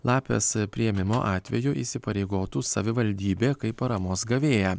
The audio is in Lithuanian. lapės priėmimo atveju įsipareigotų savivaldybė kaip paramos gavėją